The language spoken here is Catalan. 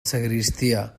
sagristia